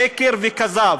שקר וכזב.